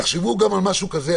תחשבו על משהו כזה.